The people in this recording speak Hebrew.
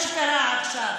צריך להתבייש במה שקרה עכשיו.